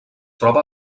troba